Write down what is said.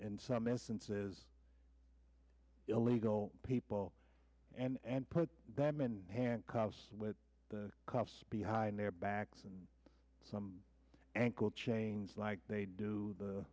in some instances illegal people and put them in handcuffs with the cops behind their backs and some ankle chains like they do